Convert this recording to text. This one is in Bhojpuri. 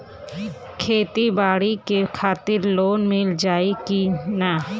खेती बाडी के खातिर लोन मिल जाई किना?